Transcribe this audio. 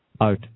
out